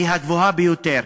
הוא הגבוה ביותר,